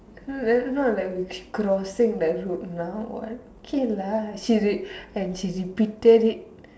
not not like we keep crossing the road now or what okay lah she like she repeated it